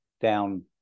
down